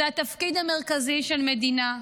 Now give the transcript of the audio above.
זה התפקיד המרכזי של מדינה.